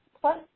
Plus